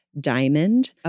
Diamond